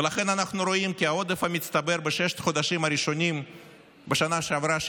ולכן אנחנו רואים כי העודף המצטבר בששת החודשים הראשונים בשנה שעברה,